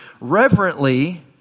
reverently